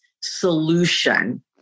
solution